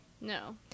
No